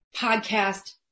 podcast